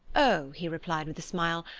oh, he replied with a smile,